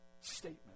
statement